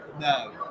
No